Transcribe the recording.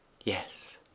yes